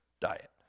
diet